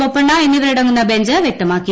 ബൊപ്പണ്ണ എന്നിവരടങ്ങുന്ന ബ്യെഞ്ച് വ്യക്തമാക്കി